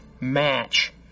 match